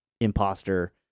imposter